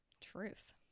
Truth